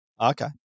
Okay